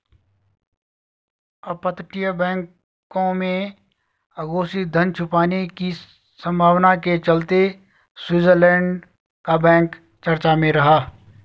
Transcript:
अपतटीय बैंकों में अघोषित धन छुपाने की संभावना के चलते स्विट्जरलैंड का बैंक चर्चा में रहा